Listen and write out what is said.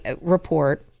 report